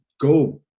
go